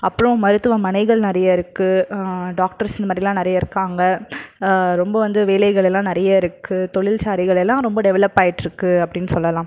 அப்புறம் மருத்துவமனைகள் நிறைய இருக்கு டாக்டர்ஸ் இந்த மாதிரிலாம் நிறைய இருக்காங்க ரொம்ப வந்து வேலைகள் எல்லாம் நிறைய இருக்கு தொழிற்சாலைகள் எல்லாம் ரொம்ப டெவலப் ஆயிட்டுருக்கு அப்படின்னு சொல்லலாம்